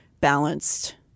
balanced